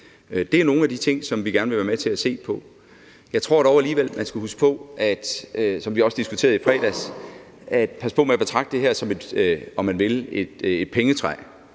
Det er nogle af de ting, som vi gerne være med til at se på. Jeg tror dog alligevel, at man skal huske at passe på – som vi også diskuterede i fredags – med at betragte det her som, om man vil, et pengetræ.